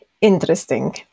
interesting